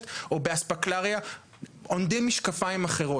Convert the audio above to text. או באספקלריה עונדים משקפיים אחרים.